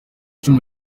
icumu